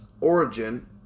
origin